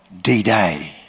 D-Day